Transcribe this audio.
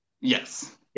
yes